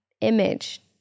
image